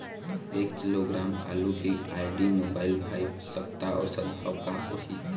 एक किलोग्राम आलू के आईडी, मोबाइल, भाई सप्ता औसत भाव का होही?